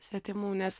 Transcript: svetimų nes